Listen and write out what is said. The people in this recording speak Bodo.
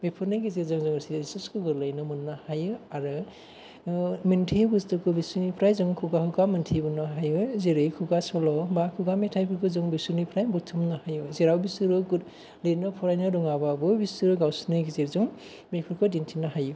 बेफोरनि गेजेरजों लोगोसे रिसार्चखौ गोरलैयैनो मोननो हायो आरो आह मिन्थियै बुस्तुखौ बिसिनिफ्राय जों खुगा खुखा मिन्थिबोनो हायो जेरै खुगा सल' बा खुगा मेथाइ बेखौ जों बिसिनिफ्राय बुथुमनो हायो जेराव बिसोरो लिरनो फरायनो रोङाबाबो बिसोरो गावसिनि गेजेरजों बेफोरखौ दिन्थिनो हायो